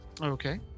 Okay